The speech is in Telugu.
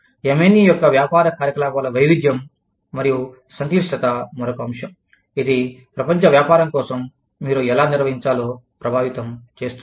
MNE యొక్క వ్యాపార కార్యకలాపాల వైవిధ్యం మరియు సంక్లిష్టత మరొక అంశం ఇది ప్రపంచ వ్యాపారం కోసం మీరు ఎలా నిర్వహించాలో ప్రభావితం చేస్తుంది